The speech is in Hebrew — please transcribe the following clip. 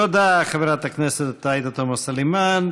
תודה, חברת הכנסת עאידה תומא סלימאן.